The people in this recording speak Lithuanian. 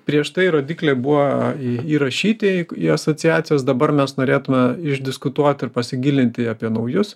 prieš tai rodikliai buvo į įrašyti į asociacijos dabar mes norėtume išdiskutuoti ir pasigilinti apie naujus